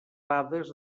dades